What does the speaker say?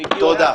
אם הגיעו,